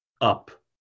up